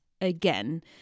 again